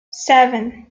seven